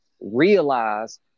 realize